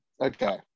okay